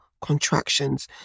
contractions